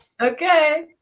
Okay